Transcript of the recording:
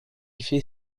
fait